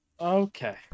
Okay